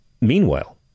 meanwhile